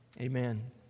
amen